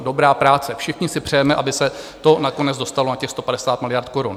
Dobrá práce, všichni si přejeme, aby se to nakonec dostalo na těch 150 miliard korun.